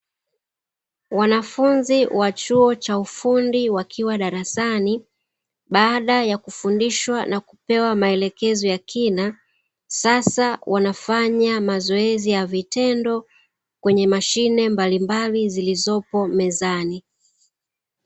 Wanafunzi wa chuo cha ufundi wakiwa darasani, baada ya kufundishwa na kupewa maelekezo ya kina sasa wanafanya mazoezi ya vitendo kwenye mashine mbalimbali zilizopo mezani.